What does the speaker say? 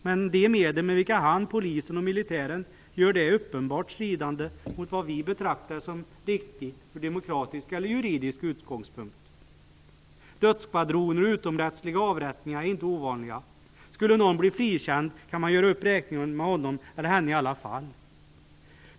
Men de medel med vilka han, polisen och militären gör det är uppenbart stridande mot vad vi betraktar som riktigt ur demokratisk eller juridisk utgångspunkt. Dödsskvadroner och utomrättsliga avrättningar är inte ovanliga. Skulle någon bli frikänd kan man göra upp räkningen med honom eller henne i alla fall.